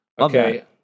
Okay